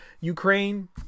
Ukraine